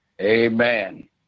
amen